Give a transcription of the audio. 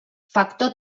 factor